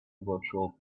virtual